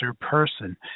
person